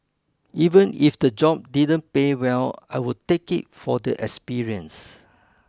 even if the job didn't pay well I would take it for the experience